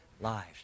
lives